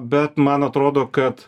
bet man atrodo kad